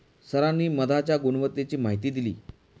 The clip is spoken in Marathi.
सरांनी मधाच्या गुणवत्तेची माहिती दिली